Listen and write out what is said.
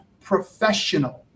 professional